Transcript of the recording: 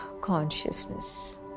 consciousness